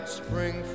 spring